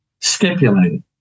stipulated